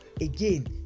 again